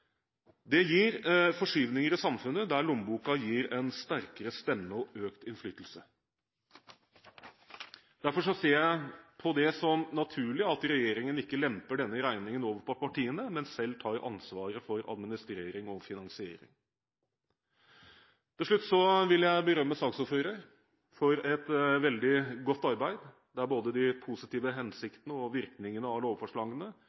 Det gir forskyvninger i samfunnet, der lommeboka gis en sterkere stemme og økt innflytelse. Derfor ser jeg det som naturlig at regjeringen ikke lemper denne regningen over på partiene, men selv tar ansvaret for administrering og finansiering. Til slutt vil jeg berømme saksordføreren for et veldig godt arbeid, der både de positive hensiktene og virkningene av lovforslagene,